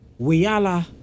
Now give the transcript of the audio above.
Weyala